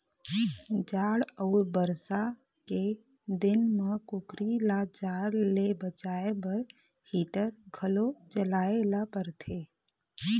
जाड़ अउ बरसा के दिन म कुकरी ल जाड़ ले बचाए बर हीटर घलो जलाए ल परथे